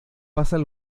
pasan